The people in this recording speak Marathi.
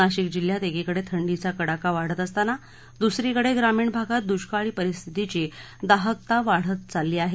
नाशिक जिल्ह्यात एकीकडे थंडीचा कडाका वाढत असताना दुसरीकडे ग्रामीण भागात दुष्काळी परिस्थितीची दाहकता वाढत चालली आहे